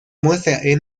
muestra